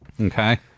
Okay